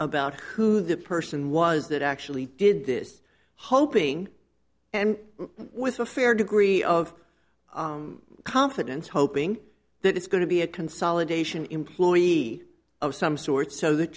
about who the person was that actually did this hoping and with a fair degree of confidence hoping that it's going to be a consolidation employee of some sort so that